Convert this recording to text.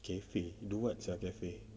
cafe do what sia cafe